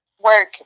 work